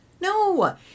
No